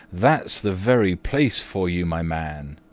that's the very place for you, my man!